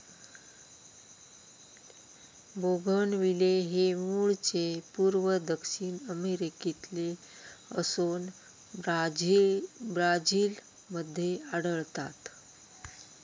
bougainvillea हे मूळचे पूर्व दक्षिण अमेरिकेतले असोन ब्राझील मध्ये आढळता